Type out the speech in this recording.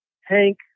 Hank